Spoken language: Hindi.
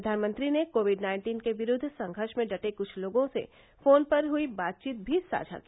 प्रधानमंत्री ने कोविड नाइन्टीन के विरूद्व संघर्ष में डटे क्छ लोगों से फोन पर हई बातचीत भी साझा की